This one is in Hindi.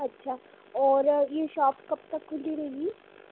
अच्छा और यह शॉप कब तक खुली रहेगी